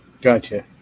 Gotcha